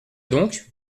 donc